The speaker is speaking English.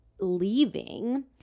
leaving